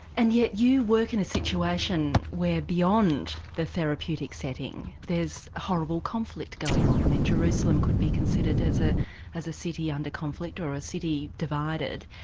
and yet you work in a situation where beyond the therapeutic setting there's horrible conflict going on, i mean jerusalem could be considered as ah as a city under conflict or a city divided,